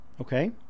Okay